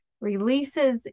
releases